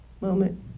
moment